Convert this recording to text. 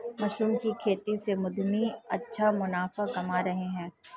mushroom की खेती से उद्यमी अच्छा मुनाफा कमा रहे हैं